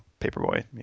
Paperboy